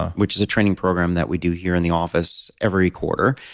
which is a training program that we do here in the office every quarter,